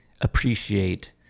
appreciate